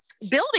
building